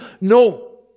No